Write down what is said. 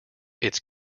its